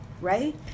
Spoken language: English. right